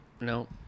No